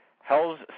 Hell's